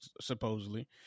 supposedly